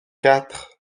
quatre